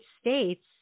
States